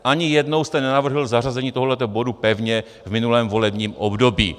Ani jednou jste nenavrhl zařazení tohoto bodu pevně v minulém volebním období.